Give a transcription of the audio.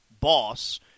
boss